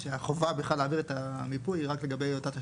שהחובה בכלל להעביר את המיפוי היא רק לגבי אותה תשתית.